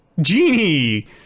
genie